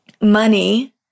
money